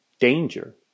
danger